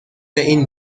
این